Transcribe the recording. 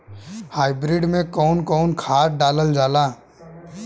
Hybrid में कउन कउन खाद डालल जाला?